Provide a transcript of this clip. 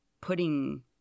putting –